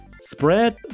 spread